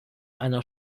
einer